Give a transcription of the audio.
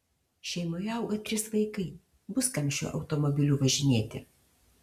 šeimoje auga trys vaikai bus kam šiuo automobiliu važinėti